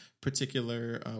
particular